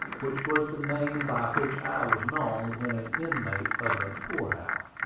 which was the name by which i was known when an inmate of the poor-house.